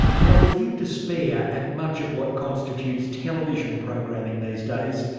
now if you despair at much of what constitutes television programming these days,